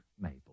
Mabel